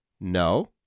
No